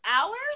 hours